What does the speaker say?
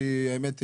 האמת,